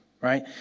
right